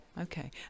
Okay